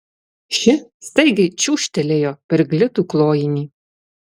ši staigiai čiūžtelėjo per glitų klojinį